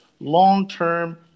long-term